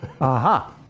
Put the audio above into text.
Aha